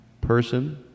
person